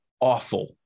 awful